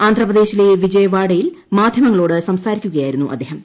ആന്ധ്രാപ്രദേശിലെ വിജയവാഢയിൽ മാധ്യമങ്ങളോട് സംസാരിക്കുകയായിരുന്ന അദ്ദേഹം